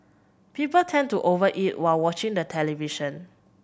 people tend to over eat while watching the television